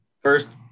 First